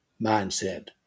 mindset